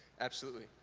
absolutely.